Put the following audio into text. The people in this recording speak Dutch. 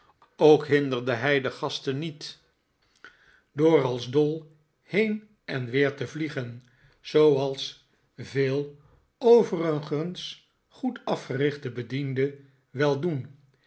ook hinderde hij de gasten niet door als dol heen en weer te vliegen zooals veel overigens goed afgerichte bedienden wel doen